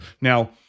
Now